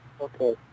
Okay